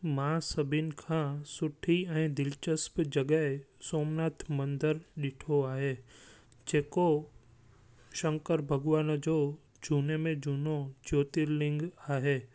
मां सभिनि खां सुठी ऐं दिलचस्प जॻह सोमनाथ मंदरु ॾिठो आहे जेको शंकर भॻिवान जो झूने में झूनो ज्योतिर्लिंग आहे